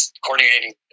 coordinating